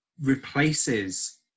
replaces